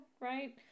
right